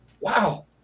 wow